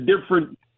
different